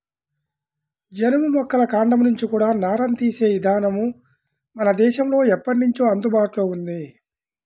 జనుము మొక్కల కాండం నుంచి కూడా నారని తీసే ఇదానం మన దేశంలో ఎప్పట్నుంచో అందుబాటులో ఉంది